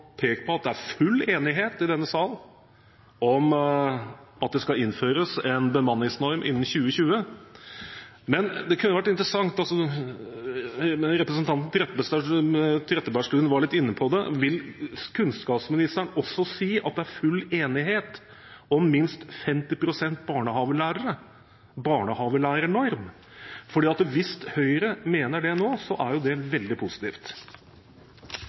pekt på at det er full enighet i denne sal om at det skal innføres en bemanningsnorm innen 2020. Men det kunne vært interessant å høre – representanten Trettebergstuen var litt inne på det – om kunnskapsministeren også vil si at det er full enighet om minst 50 pst. barnehagelærere, en barnehagelærernorm. Hvis Høyre mener det nå, er jo det veldig positivt.